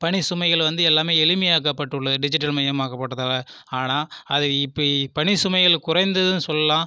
பணி சுமைகள் வந்து எல்லாமே எளிமை ஆக்கப்பட்டுள்ளது டிஜிட்டல் மயமாக்கப்பட்டதால் ஆனால் அது இப்போ இப்போ பணி சுமைகள் குறைந்ததுனு சொல்லலாம்